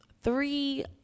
three